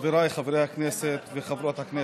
חבריי חברי הכנסת וחברות הכנסת,